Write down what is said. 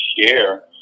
share